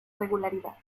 regularidad